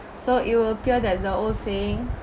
so it would appear that the old saying